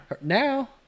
Now